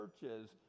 churches